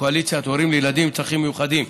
וקואליציית הורים לילדים עם צרכים מיוחדים.